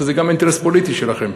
שזה גם אינטרס פוליטי שלכם,